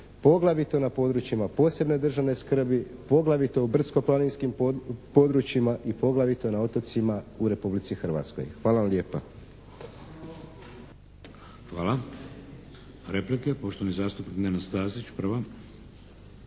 poglavito na područjima posebne državne skrbi, poglavito u brdsko-planinskim područjima i poglavito na otocima u Republici Hrvatskoj. Hvala vam lijepa. **Šeks, Vladimir (HDZ)** Hvala. Replike, poštovani zastupnik Nenad Stazić prva.